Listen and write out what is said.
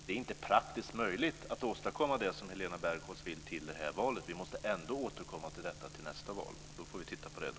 Det är inte praktiskt möjligt att åstadkomma det som Helena Bargholtz vill till valet i år, utan vi måste ändå återkomma till frågan till nästa val.